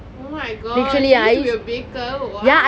oh my gosh you used to be a baker !wow!